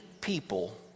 people